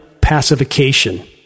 pacification